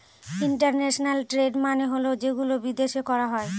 international trade মানে হল যেগুলো বিদেশে করা হয়